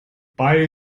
bei